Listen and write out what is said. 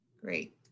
Great